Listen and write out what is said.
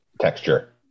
texture